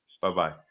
Bye-bye